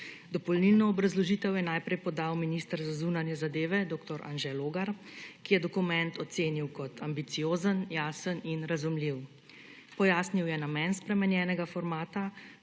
Dopolnilno obrazložitev je naprej podal minister za zunanje zadeve dr. Anže Logar, ki je dokument ocenil kot ambiciozen, jasen in razumljiv. Pojasnil je namen spremenjenega formata,